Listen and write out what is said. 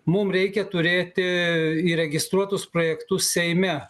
mum reikia turėti įregistruotus projektus seime